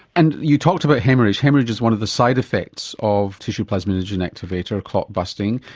and you talked about haemorrhage. haemorrhage is one of the side effects of tissue plasminogen activator, clot busting.